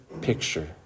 picture